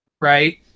right